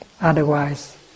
otherwise